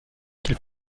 qu’il